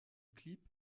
clip